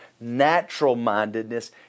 natural-mindedness